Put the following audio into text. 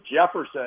Jefferson